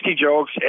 jokes